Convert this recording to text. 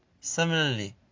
similarly